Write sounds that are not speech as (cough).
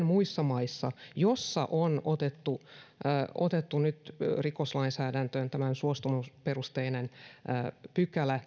(unintelligible) muissa maissa joissa on otettu (unintelligible) otettu (unintelligible) rikoslainsäädäntöön tämä suostumusperusteinen pykälä